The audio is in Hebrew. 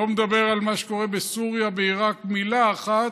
לא מדבר על מה שקורה בסוריה, בעיראק, מילה אחת,